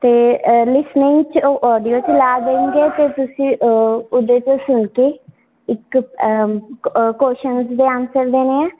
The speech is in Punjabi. ਅਤੇ ਲਿਸਨਿੰਗ 'ਚ ਉਹ ਔਡੀਓ ਚਲਾ ਦਿੰਦੇ ਆ ਫਿਰ ਤੁਸੀਂ ਉਹਦੇ ਤੋਂ ਸੁਣ ਕੇ ਇੱਕ ਕੁਆਸ਼ਨਜ਼ ਦੇ ਆਨਸਰ ਦੇਣੇ ਹੈ